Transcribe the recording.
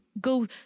go